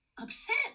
upset